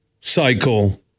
cycle